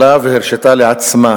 הרשתה לעצמה